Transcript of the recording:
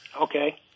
Okay